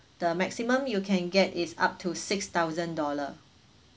the maximum you can get is up to six thousand dollar